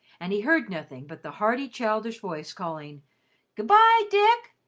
and he heard nothing but the hearty childish voice calling good-bye, dick!